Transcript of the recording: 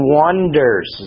wonders